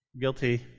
Guilty